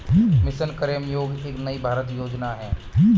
mission Karmayogi एक नई भारतीय योजना है